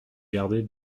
garder